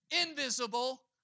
invisible